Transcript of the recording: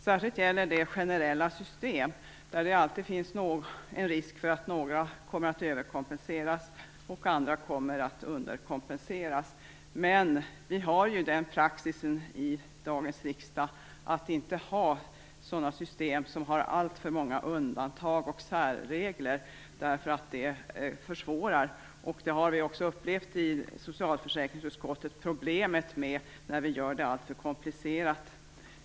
Särskilt gäller det generella system, där det alltid finns en risk för att några kommer att överkompenseras och andra att underkompenseras. Vi har den praxisen i dagens riksdag att inte skapa system med alltför många undantag och särregler, därför att det försvårar. Vi har i socialförsäkringsutskottet också upplevt problemen med att göra system alltför komplicerade.